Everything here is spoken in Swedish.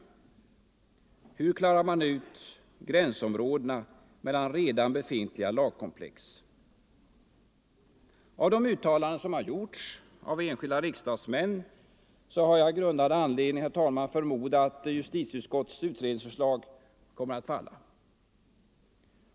Och hur klarar man ut de oklara gränsområdena mellan redan befintliga lagkomplex? Med tanke på de uttalanden, som har gjorts av enskilda riksdagsmän, miskt förtal har jag grundad anledning förmoda, att justitieutskottets utredningsförslag kommer att falla.